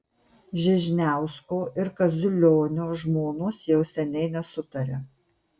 žižniausko ir kaziulionio žmonos jau seniai nesutaria